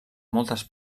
moltes